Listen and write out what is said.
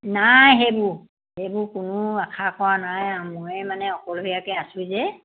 নাই সেইবোৰ সেইবোৰ কোনো আশা কৰা নাই আৰু মই মানে অকলশৰীয়াকৈ আছোঁ যে